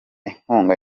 inkunga